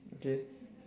okay